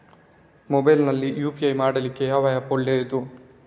Mobile ನಲ್ಲಿ UPI ಮಾಡ್ಲಿಕ್ಕೆ ಯಾವ ಆ್ಯಪ್ ಒಳ್ಳೇದು?